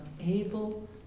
unable